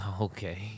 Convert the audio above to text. Okay